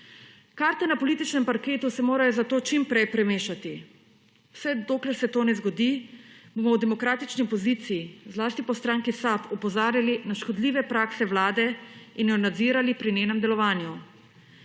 Karte na političnem parketu se morajo zato čim prej premešati. Vse dokler se to ne zbodi bomo v demokratični opoziciji, zlasti pa v stranki SAB opozarjali na škodljive prakse vlade in jo nadzirali pri njenem delovanju.